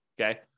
Okay